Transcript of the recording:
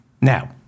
Now